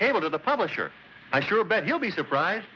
cable to the publisher i sure bet you'll be surprised